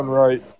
right